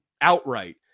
outright